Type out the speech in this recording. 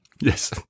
Yes